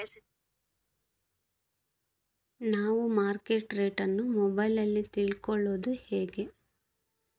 ನಾವು market rate ಅನ್ನು ಮೊಬೈಲಲ್ಲಿ ತಿಳ್ಕಳೋದು ಹೇಗೆ?